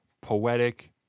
poetic